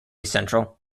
central